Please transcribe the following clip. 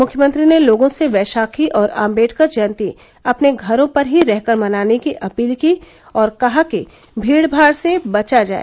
मुख्यमंत्री ने लोगों से वैशाखी और अंबेडकर जयंती अपने घरों पर ही रहकर मनाने की अपील की और कहा कि भीड़ भाड़ से बचा जाए